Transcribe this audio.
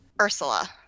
Ursula